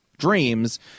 dreams